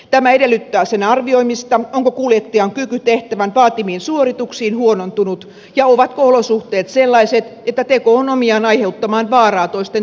tämä edellyttää sen arvioimista onko kuljettajan kyky tehtävän vaatimiin suorituksiin huonontunut ja ovatko olosuhteet sellaiset että teko on omiaan aiheuttamaan vaaraa toisten turvallisuudelle